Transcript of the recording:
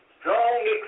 strong